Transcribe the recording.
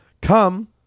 Come